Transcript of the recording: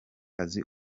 azi